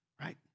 right